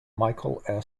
michael